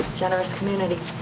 generous community.